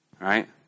Right